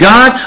God